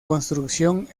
construcción